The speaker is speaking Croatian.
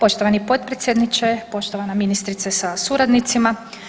Poštovani potpredsjedniče, poštovana ministrice sa suradnicima.